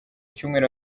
cyumweru